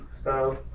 style